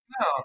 No